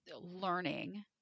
learning